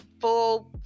full